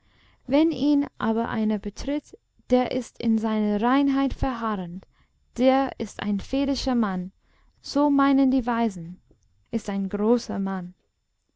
wenn ihn aber einer betritt der ist in seiner reinheit verharrend der ist ein vedischer mann so meinen die weisen ist ein großer mann